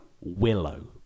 Willow